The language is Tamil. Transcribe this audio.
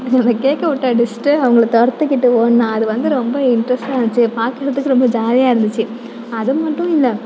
அந்த கேக்கை விட்டு அடிச்சுட்டு அவங்கள துரத்திகிட்டு ஓடினா அது வந்து ரொம்ப இன்ட்ரெஸ்ட்டாக இருந்துச்சி பார்க்கறதுக்கு ரொம்ப ஜாலியாக இருந்துச்சு அது மட்டும் இல்லை